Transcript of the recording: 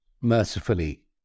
Mercifully